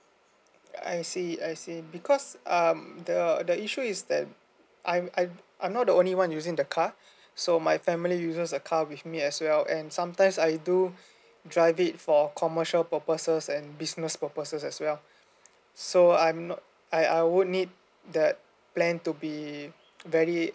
I see I see because um the the issue is that I'm I'm I'm not the only one using the car so my family uses a car with me as well and sometimes I do dry it for commercial purposes and business purposes as well so uh I'm not I I would need that plan to be very